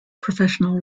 professional